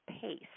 pace